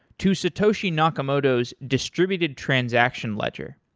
to satoshi nakamoto's distributed transaction ledger.